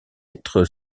être